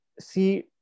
see